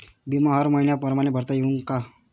बिमा हर मइन्या परमाने भरता येऊन का?